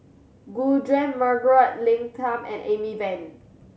Gu Juan Margaret Leng Tan and Amy Van